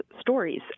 stories